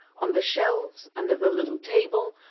on the shelves, under the little table,